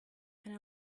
and